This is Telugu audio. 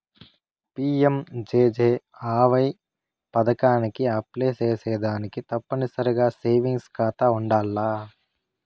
పి.యం.జే.జే.ఆ.వై పదకానికి అప్లై సేసేదానికి తప్పనిసరిగా సేవింగ్స్ కాతా ఉండాల్ల